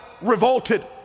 revolted